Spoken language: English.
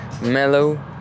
mellow